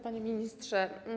Panie Ministrze!